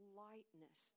lightness